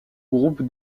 groupe